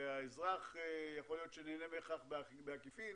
והאזרח, יכול להיות שנהנה מכך בעקיפין.